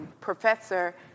professor